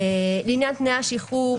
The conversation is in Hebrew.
לעניין תנאי השחרור,